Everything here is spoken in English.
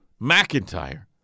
McIntyre